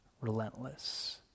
relentless